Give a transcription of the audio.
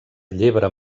llebre